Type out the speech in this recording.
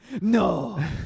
No